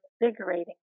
invigorating